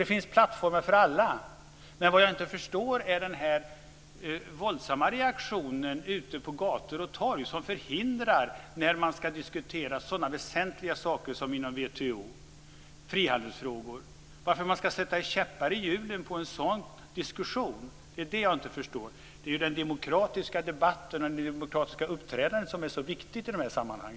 Det finns plattformar för alla. Vad jag inte förstår är den våldsamma reaktionen ute på gator och torg som förhindrar när man ska diskutera sådana väsentliga saker som frihandelsfrågor inom WTO. Jag förstår inte varför man ska sätta käppar i hjulen på en sådan diskussion. Den demokratiska debatten och det demokratiska uppträdandet är så viktigt i dessa sammanhang.